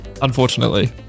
Unfortunately